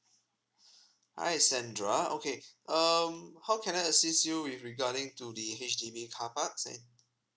hi sandra okay um how can I assist you with regarding to the H_D_B carparks then